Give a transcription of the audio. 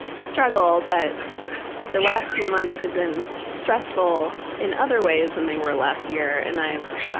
struggle but like the last few months have been stressful in other ways than they were last year and i've